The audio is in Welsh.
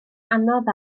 anodd